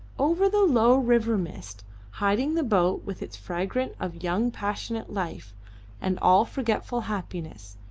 over the low river-mist hiding the boat with its freight of young passionate life and all-forgetful happiness,